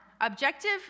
objective